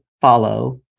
follow